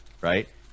right